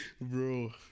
Bro